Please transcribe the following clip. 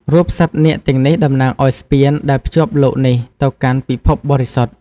រូបសត្វនាគទាំងនេះតំណាងឱ្យស្ពានដែលភ្ជាប់លោកនេះទៅកាន់ពិភពបរិសុទ្ធ។